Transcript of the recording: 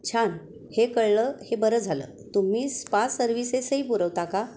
छान हे कळलं हे बरं झालं तुम्ही स्पा सर्व्हिसेसही पुरवता का